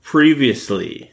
Previously